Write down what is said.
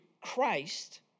Christ